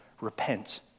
Repent